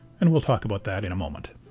and we'll talk about that in a moment.